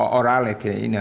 um orality, you know